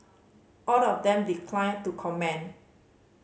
all of them declined to comment